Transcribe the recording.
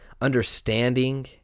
understanding